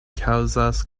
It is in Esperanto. kaŭzas